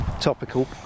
topical